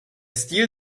stil